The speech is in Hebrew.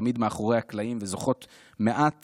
תמיד מאחורי הקלעים וזוכות מעט